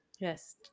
Yes